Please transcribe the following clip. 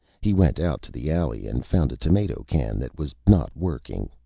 he went out to the alley and found a tomato can that was not working,